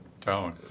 tone